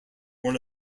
one